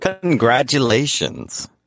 Congratulations